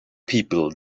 people